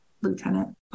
lieutenant